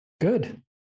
Good